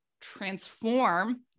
transform